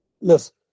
Listen